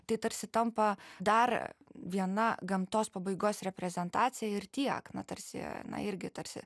tai tarsi tampa dar viena gamtos pabaigos reprezentacija ir tiek na tarsi irgi tarsi